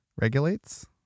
regulates